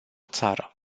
țară